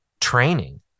training